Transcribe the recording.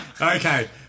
Okay